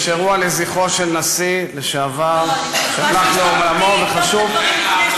יש אירוע לזכרו של נשיא לשעבר שהלך לעולמו וחשוב,